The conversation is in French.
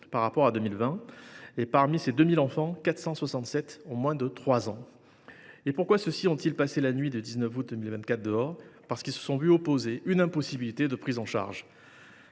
par rapport à 2020 et, parmi ces 2 000 enfants, 467 ont moins de 3 ans. Pourquoi ceux ci ont ils passé la nuit du 19 août 2024 dehors ? Parce qu’ils se sont vu opposer une impossibilité d’être pris en charge.